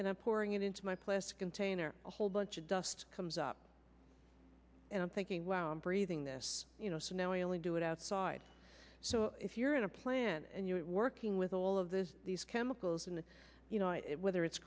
a pouring it into my plastic container a whole bunch of dust comes up and i'm thinking well i'm breathing this you know so now i only do it outside so if you're in a plant working with all of this these chemicals and you know it whether it's